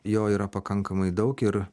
jo yra pakankamai daug ir